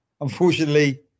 Unfortunately